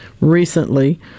recently